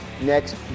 next